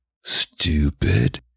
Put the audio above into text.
stupid